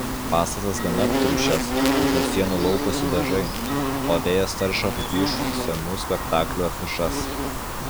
pastatas gana aptriušęs nuo sienų lauposi dažai o vėjas taršo apiplyšusias senų spektaklių afišas